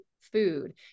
food